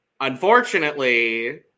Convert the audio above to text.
Unfortunately